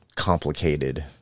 Complicated